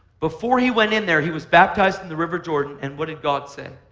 before he went in there, he was baptized in the river jordan and what did god say?